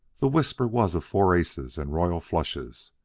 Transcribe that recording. the whisper was of four aces and royal flushes.